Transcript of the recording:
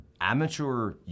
Amateur